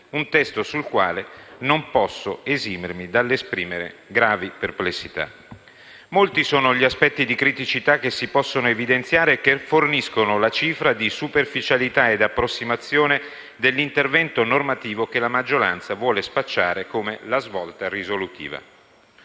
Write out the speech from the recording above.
un testo sul quale non posso esimermi dall'esprimere gravi perplessità. Molti sono gli aspetti di criticità che si possono evidenziare e che forniscono la cifra di superficialità ed approssimazione dell'intervento normativo che la maggioranza vuole spacciare come la svolta risolutiva.